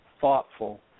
thoughtful